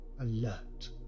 alert